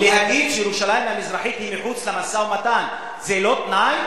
להגיד שירושלים המזרחית היא מחוץ למשא-ומתן זה לא תנאי?